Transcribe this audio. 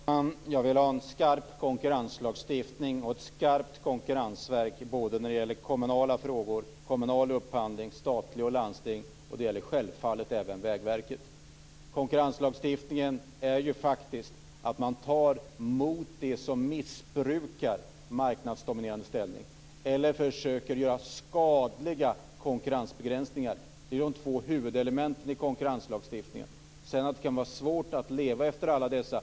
Fru talman! Jag vill ha en skarp konkurrenslagstiftning och ett skarpt konkurrensverk, både när det gäller kommunal och statlig upphandling. Det gäller självfallet även Vägverket. Konkurrenslagstiftningen riktas mot dem som missbrukar marknadsdominerande ställning eller försöker åstadkomma skadlig konkurrensbegränsning. Det är de två huvudelementen i konkurrenslagstiftningen. Sedan kan det vara svårt att leva efter alla bestämmelser.